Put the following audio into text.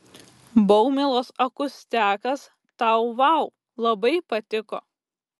baumilos akustiakas tau vau labai patiko